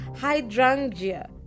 hydrangea